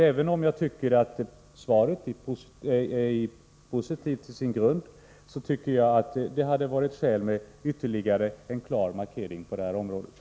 Även om svaret i grunden är positivt tycker jag att det hade funnits skäl till ytterligare en klar markering i detta avseende.